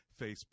Facebook